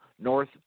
North